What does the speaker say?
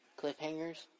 cliffhangers